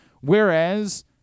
Whereas